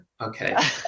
Okay